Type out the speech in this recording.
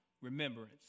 remembrance